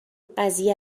قضیه